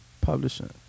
Publishing